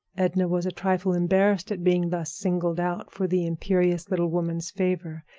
edna was a trifle embarrassed at being thus signaled out for the imperious little woman's favor.